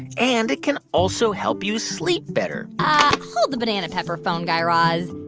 and it can also help you sleep better ah hold the banana pepper phone, guy raz